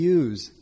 use